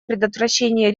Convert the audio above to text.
предотвращения